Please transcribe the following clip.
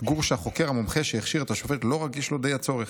אתגור שהחוקר המומחה שהכשיר את השופט לא רגיש לו די הצורך.